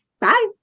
bye